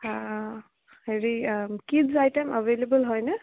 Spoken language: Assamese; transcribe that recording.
হেৰি কিডজ আইটেম এভেলেবল হয়নে